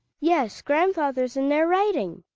yes, grandfather's in there writing.